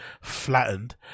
flattened